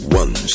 one